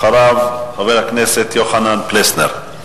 אחריו, חבר הכנסת יוחנן פלסנר.